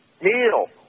Neil